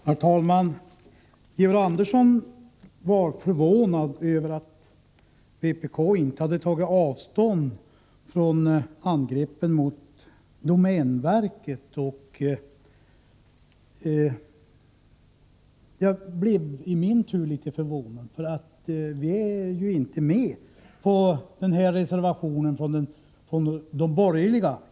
Herr talman! Georg Andersson var förvånad över att vpk inte hade tagit avstånd från angreppen mot domänverket. Då blev jag i min tur litet förvånad, för vi är ju inte med på reservationen från de borgerliga.